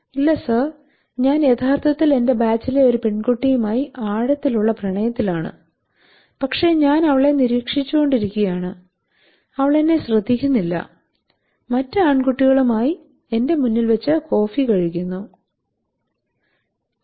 ഇല്ല സർ ഞാൻ യഥാർത്ഥത്തിൽ എന്റെ ബാച്ചിലെ ഒരു പെൺകുട്ടിയുമായി ആഴത്തിലുള്ള പ്രണയത്തിലാണ് പക്ഷേ ഞാൻ അവളെ നിരീക്ഷിച്ചുകൊണ്ടിരിക്കുകയാണ് അവൾ എന്നെ ശ്രദ്ധിക്കുന്നില്ല മറ്റ് ആൺകുട്ടികളുമായി എന്റെ മുന്നിൽ വെച്ച് കോഫി കഴിക്കുന്നു"